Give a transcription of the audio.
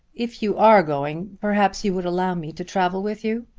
if you are going perhaps you would allow me to travel with you.